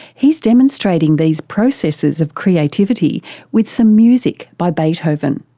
he's demonstrating these processes of creativity with some music by beethoven.